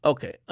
Okay